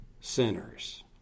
sinners